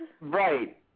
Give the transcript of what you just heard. Right